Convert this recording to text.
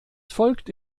folgte